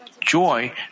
joy